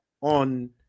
on